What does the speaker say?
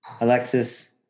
Alexis